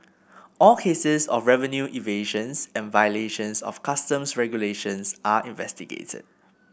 all cases of revenue evasions and violations of Customs regulations are investigated